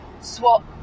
swap